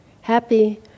happy